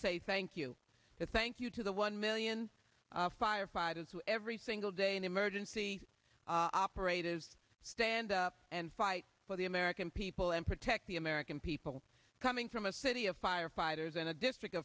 say thank you thank you to the one million firefighters who every single day an emergency operator stand up and fight for the american people and protect the american people coming from a city of firefighters in a district